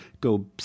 go